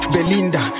Belinda